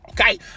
okay